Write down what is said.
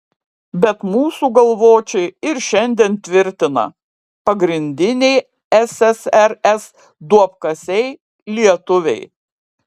bet mūsų galvočiai ir šiandien tvirtina pagrindiniai ssrs duobkasiai lietuviai